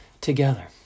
together